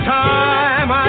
time